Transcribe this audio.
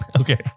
Okay